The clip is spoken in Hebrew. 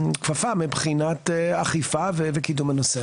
הכפפה מבחינת אכיפה וקידום הנושא.